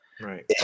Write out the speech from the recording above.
right